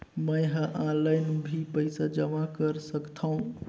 मैं ह ऑनलाइन भी पइसा जमा कर सकथौं?